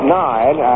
nine